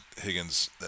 Higgins